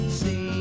see